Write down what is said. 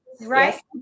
Right